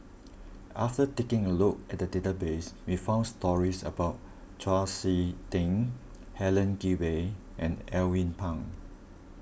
after taking a look at the database we found stories about Chau Sik Ting Helen Gilbey and Alvin Pang